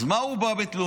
אז מה הוא בא בתלונות?